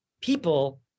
people